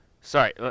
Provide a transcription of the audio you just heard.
sorry